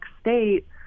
state